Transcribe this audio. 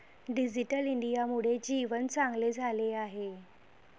digital इंडियामुळे जीवन चांगले झाले आहे